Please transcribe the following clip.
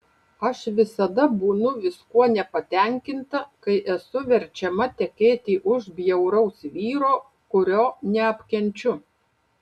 aš visada būnu viskuo nepatenkinta kai esu verčiama tekėti už bjauraus vyro kurio neapkenčiu